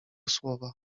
słowa